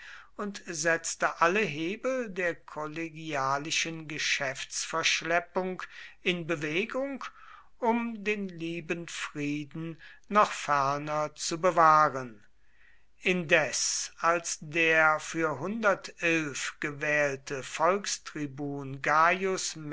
und setzte alle hebel der kollegialischen geschäftsverschleppung in bewegung um den lieben frieden noch ferner zu bewahren indes als der für gewählte